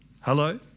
Hello